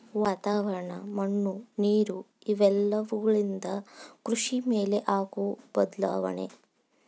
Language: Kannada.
ವಾತಾವರಣ, ಮಣ್ಣು ನೇರು ಇವೆಲ್ಲವುಗಳಿಂದ ಕೃಷಿ ಮೇಲೆ ಆಗು ಬದಲಾವಣೆ